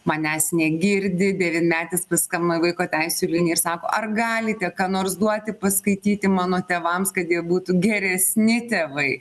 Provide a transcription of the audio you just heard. manęs negirdi devynmetis paskambino į vaiko teisių liniją ir sako ar galite ką nors duoti paskaityti mano tėvams kad jie būtų geresni tėvai